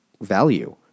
value